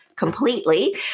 completely